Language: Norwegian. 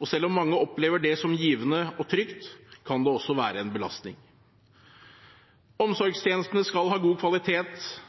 og selv om mange opplever det givende og trygt, kan det også være en belastning. Omsorgstjenestene skal ha god kvalitet